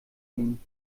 ihnen